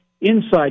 Inside